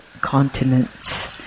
continents